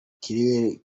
kirere